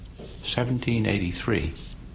1783